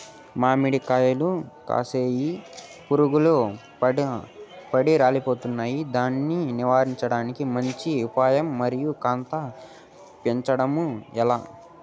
మామిడి కాయలు కాస్తాయి పులుగులు పడి రాలిపోతాయి దాన్ని నివారించడానికి మంచి ఉపాయం మరియు కాత పెంచడము ఏలా?